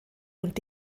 und